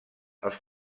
els